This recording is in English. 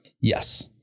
Yes